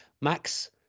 Max